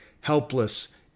helpless